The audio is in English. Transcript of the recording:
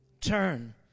Turn